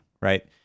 right